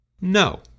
No